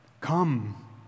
Come